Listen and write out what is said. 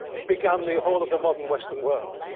began the whole of the modern western world.